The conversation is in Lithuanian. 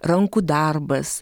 rankų darbas